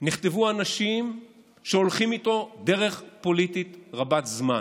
כתבו אותו אנשים שהולכים איתו דרך פוליטית רבת-זמן.